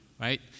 right